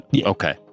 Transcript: Okay